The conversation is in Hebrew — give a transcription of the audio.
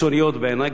בעיני גזעניות,